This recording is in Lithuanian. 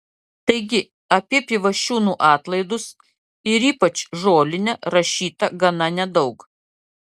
taigi apie pivašiūnų atlaidus ir ypač žolinę rašyta gana nedaug